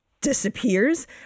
disappears